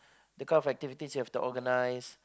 the kind of activities you have to organise